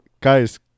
Guys